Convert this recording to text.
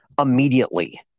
immediately